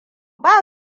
ba